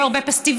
היו הרבה פסטיבלים,